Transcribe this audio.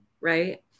right